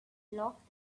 locked